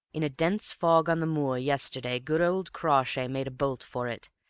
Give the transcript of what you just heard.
in a dense fog on the moor yesterday good old crawshay made a bolt for it,